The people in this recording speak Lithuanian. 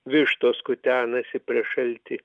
vištos kutenasi prieš šaltį